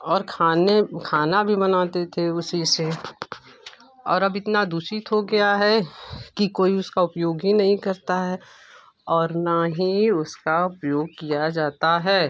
और खाने खाना भी बनाते थे उसी से और अब इतना दूषित हो गया है कि कोई उसका उपयोग ही नहीं करता है और न ही उसका उपयोग किया जाता है